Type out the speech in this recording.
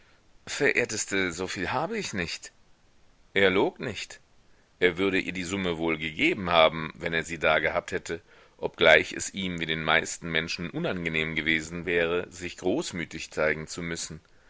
verehrteste soviel habe ich nicht er log nicht er würde ihr die summe wohl gegeben haben wenn er sie da gehabt hätte obgleich es ihm wie den meisten menschen unangenehm gewesen wäre sich großmütig zeigen zu müssen